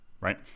right